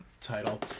title